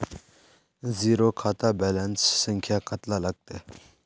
Zero खाता balance संख्या कतला लगते?